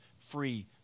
free